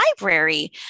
library